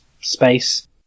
space